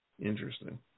interesting